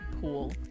pool